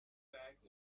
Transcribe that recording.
back